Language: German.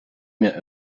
mir